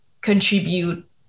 contribute